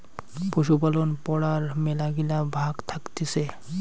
পশুপালন পড়ার মেলাগিলা ভাগ্ থাকতিছে